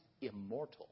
immortal